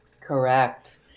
Correct